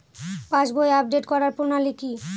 পাসবই update করার প্রণালী কি?